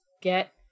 get